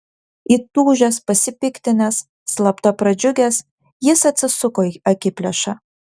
įtūžęs pasipiktinęs slapta pradžiugęs jis atsisuko į akiplėšą